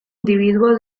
individuo